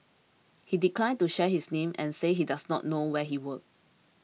he declined to share his name and said he does not know where he worked